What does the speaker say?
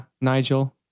Nigel